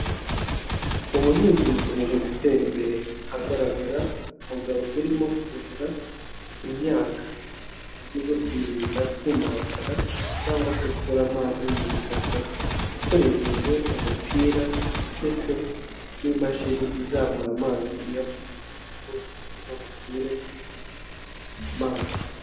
Ubuhinzi bukomeje gutera imbere ahagaragara umugabo urimo kuhira imyaka mu buryo bwo kwirinda kumakara cyangwa se kubura amazi mu butaka akoresheje umupira ndetse n'imashini izamura amazi iyakura mu ngo kugira ngo batere amazi.